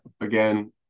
again